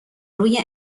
روی